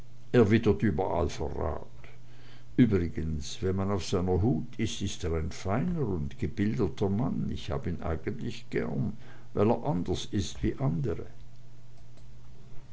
wittert überall verrat übrigens wenn man auf seiner hut ist ist er ein feiner und gebildeter mann ich hab ihn eigentlich gern weil er anders ist wie andre